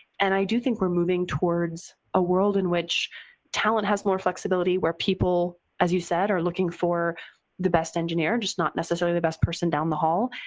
and i do think we're moving towards a world in which talent has more flexibility where people, as you said, are looking for the best engineer, and just not necessarily the best person down the hall.